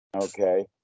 Okay